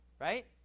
Right